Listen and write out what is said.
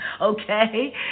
Okay